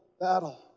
battle